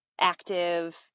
active